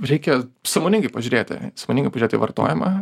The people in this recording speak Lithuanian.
reikia sąmoningai pažiūrėti sąmoningai pažiūrėt į vartojimą